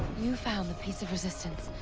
you found the piece of resistance.